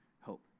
hope